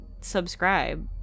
subscribe